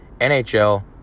NHL